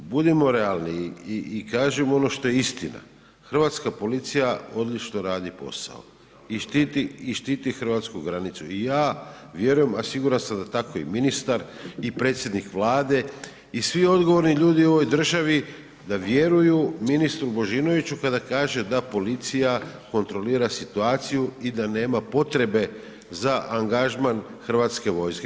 Budimo realni i kažimo ono što je istina, Hrvatska policija odlično radi posao i štiti hrvatsku granicu i ja vjerujem a siguran sam da tako i ministar i predsjednik Vlade i svi odgovorni ljudi u ovoj državi da vjeruju ministru Božinoviću kada kaže da policija kontrolira situaciju i da nema potrebe za angažman Hrvatske vojske.